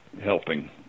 helping